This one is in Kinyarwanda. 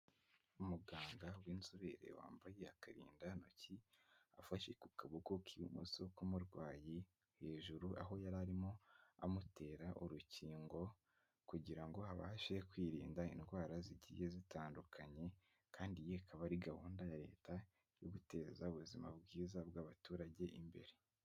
Umuganga w'inzobere wambaye akarindantoki, afashe ku kaboko k'ibumoso k'umurwayi hejuru aho yari arimo amutera urukingo, kugira ngo abashe kwirinda indwara zigiye zitandukanye, kandi iyi ikaba ari gahunda ya leta yo guteza ubuzima bwiza bw'abaturage imbere.